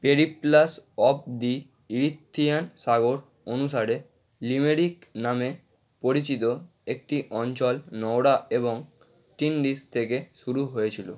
Periplus of the Erythraean সাগর অনুসারে লিমেরিক নামে পরিচিত একটি অঞ্চল নওরা এবং টিন্ডিস থেকে শুরু হয়েছিলো